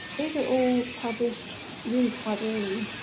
these are all published really quite early,